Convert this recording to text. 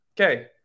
okay